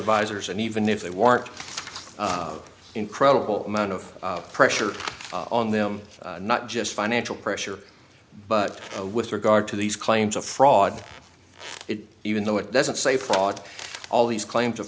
advisors and even if they weren't incredible amount of pressure on them not just financial pressure but with regard to these claims of fraud it even though it doesn't say fraud all these claims of